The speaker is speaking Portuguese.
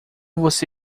você